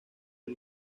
del